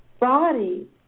body